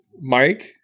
Mike